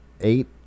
eight